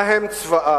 מה הם צבעיו?